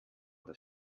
das